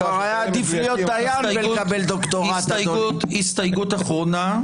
--- אציג את ההסתייגות האחרונה.